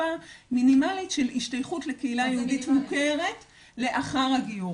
תקופה מינימלית של השתייכות לקהילה יהודית מוכרת לאחר הגיור.